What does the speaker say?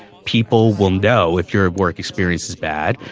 people will know if your work experience is bad,